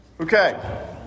Okay